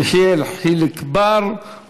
יחיאל חיליק בר,